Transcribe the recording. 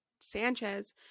Sanchez